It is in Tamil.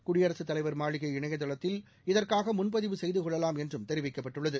குடியரசுத் தலைவர் மாளிகை இணையதளத்தில் இதற்காகமுன்பதிவு செய்தகொள்ளலாம் என்றும் தெரிவிக்கப்பட்டுள்ளது